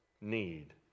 need